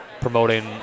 promoting